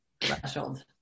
threshold